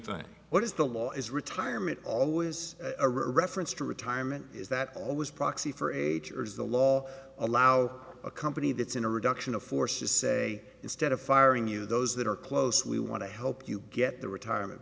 thing what is the law is retirement always a reference to retirement is that always proxy for age or is the law allows a company that's in a reduction of force to say instead of firing you those that are closely want to help you get the retirement